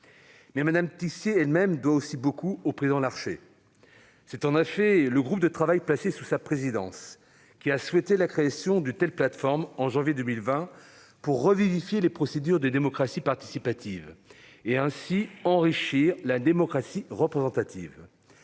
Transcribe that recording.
Mais Mme Tixier elle-même doit aussi beaucoup au président Larcher. C'est en effet le groupe de travail placé sous sa présidence qui a souhaité la création d'une telle plateforme, en janvier 2020, pour revivifier les procédures de démocratie participative et, ainsi, enrichir la démocratie représentative.